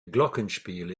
glockenspiel